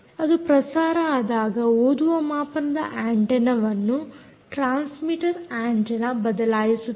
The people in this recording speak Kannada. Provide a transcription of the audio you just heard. ಅದು ಪ್ರಸಾರ ಆದಾಗ ಓದುವ ಮಾಪನದ ಆಂಟೆನ್ನವನ್ನು ಟ್ರಾನ್ಸ್ಮಿಟರ್ ಆಂಟೆನ್ನವನ್ನು ಬದಲಾಯಿಸುತ್ತದೆ